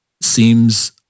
seems